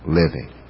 living